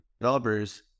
developers